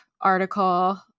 article